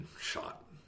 shot